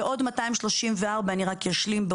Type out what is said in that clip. ועוד 234. אני רק אשלים.